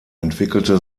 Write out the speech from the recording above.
entwickelte